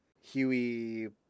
Huey